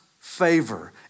favor